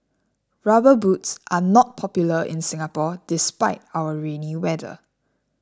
rubber boots are not popular in Singapore despite our rainy weather